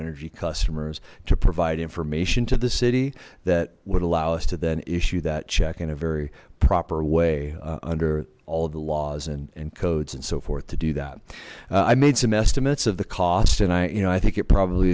energy customers to provide information to the city that would allow us to then issue that check in a very proper way under all of the laws and codes and so forth to do that i made some estimates of the cost and i you know i think it probably